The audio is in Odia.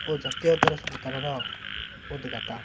ଓ ଜାତୀୟତର ସନ୍ତରର ଉଦ୍ଗାତା